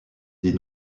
des